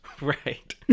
Right